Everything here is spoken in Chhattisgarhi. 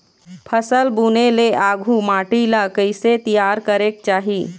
फसल बुने ले आघु माटी ला कइसे तियार करेक चाही?